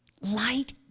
light